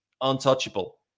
Untouchable